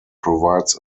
provides